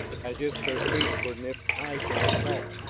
as if their feet were nipped tight in a trap,